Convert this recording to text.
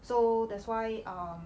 so that's why um